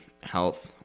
health